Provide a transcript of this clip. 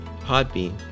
Podbean